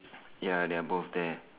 ya they are both there